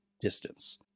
Distance